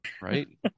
right